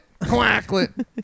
quacklet